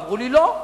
אמרו לי: לא.